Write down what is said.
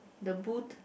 the booth